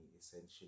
essentially